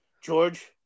George